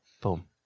Boom